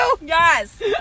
Yes